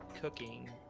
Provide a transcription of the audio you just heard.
cooking